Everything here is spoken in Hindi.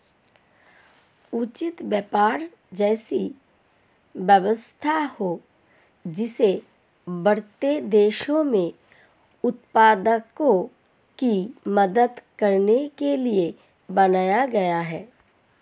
उचित व्यापार ऐसी व्यवस्था है जिसे बढ़ते देशों में उत्पादकों की मदद करने के लिए बनाया गया है